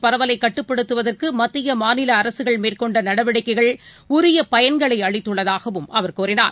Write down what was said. பரவலைகட்டுப்படுத்துவதற்குமத்திய மாநிலஅரசுகள் இந்தநோய்த் தொற்றுப் மேற்கொண்டநடவடிக்கைகள் உரியபயன்களைஅளித்துள்ளதாகவும் அவர் கூறினார்